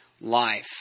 Life